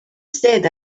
said